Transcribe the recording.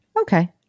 Okay